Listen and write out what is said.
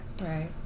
Right